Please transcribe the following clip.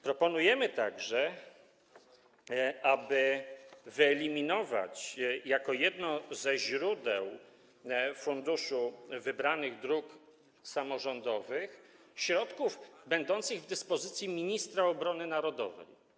Proponujemy także, aby wyeliminować jako jedno ze źródeł funduszu wybranych dróg samorządowych środki będące w dyspozycji ministra obrony narodowej.